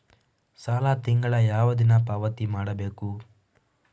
ಸಾಲ ತಿಂಗಳ ಯಾವ ದಿನ ಪಾವತಿ ಮಾಡಬೇಕು?